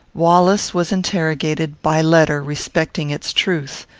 wallace was interrogated, by letter, respecting its truth.